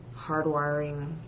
hardwiring